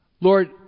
Lord